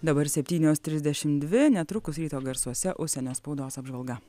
dabar septynios trisdešimt dvi netrukus ryto garsuose užsienio spaudos apžvalga